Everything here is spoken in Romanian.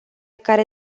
care